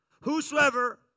Whosoever